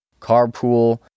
carpool